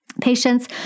Patients